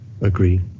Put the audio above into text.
Agree